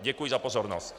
Děkuji za pozornost.